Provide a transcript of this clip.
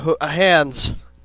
hands